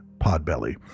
Podbelly